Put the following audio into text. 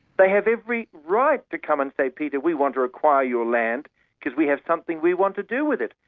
they have every right to come and say, peter, we want to acquire your land because we have something we want to do with it.